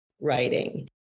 writing